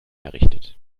errichtet